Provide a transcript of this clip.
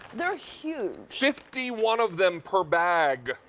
they are huge. fifty one of them per bag,